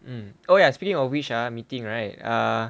um oh ya speaking of which ah meeting right err